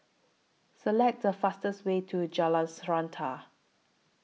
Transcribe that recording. Select The fastest Way to Jalan Srantan